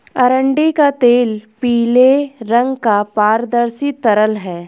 अरंडी का तेल पीले रंग का पारदर्शी तरल है